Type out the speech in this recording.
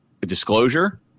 disclosure